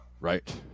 Right